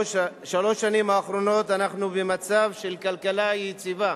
שלוש השנים האחרונות, אנחנו במצב של כלכלה יציבה,